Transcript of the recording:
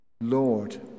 Lord